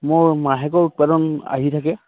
মোৰ মাহেকৰ উৎপাদন আহি থাকে